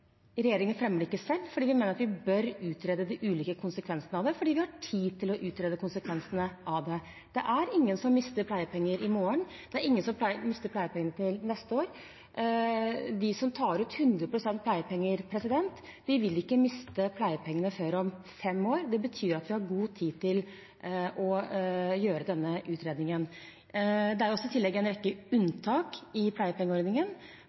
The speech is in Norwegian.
Regjeringen fremmer det ikke selv fordi vi mener vi bør utrede de ulike konsekvensene av det når vi har tid til å utrede konsekvensene av det. Det er ingen som mister pleiepenger i morgen. Det er ingen som mister pleiepenger til neste år. De som tar ut 100 pst. pleiepenger, vil ikke miste pleiepengene etter fem år. Det betyr at vi har god tid til å gjøre denne utredningen. Det er i tillegg en rekke unntak i pleiepengeordningen